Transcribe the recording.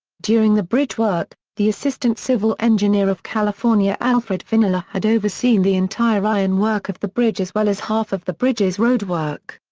during the bridge work, the assistant civil engineer of california alfred finnila had overseen the entire iron work of the bridge as well as half of the bridge's road work.